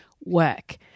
work